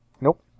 Nope